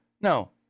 No